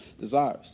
desires